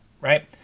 Right